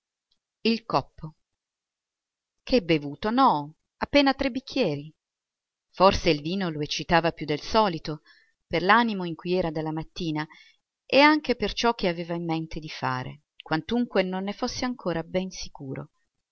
più che bevuto no appena tre bicchieri forse il vino lo eccitava più del solito per l'animo in cui era dalla mattina e anche per ciò che aveva in mente di fare quantunque non ne fosse ancora ben sicuro